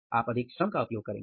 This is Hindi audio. आप अधिक श्रम का उपयोग करेंगे